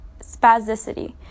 spasticity